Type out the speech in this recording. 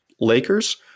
Lakers